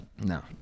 No